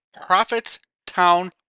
Prophetstown